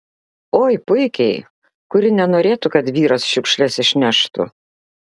oi puikiai kuri nenorėtų kad vyras šiukšles išneštų